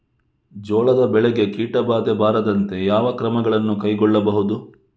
ಜೋಳದ ಬೆಳೆಗೆ ಕೀಟಬಾಧೆ ಬಾರದಂತೆ ಯಾವ ಕ್ರಮಗಳನ್ನು ಕೈಗೊಳ್ಳಬಹುದು?